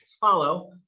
follow